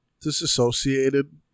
disassociated